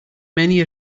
many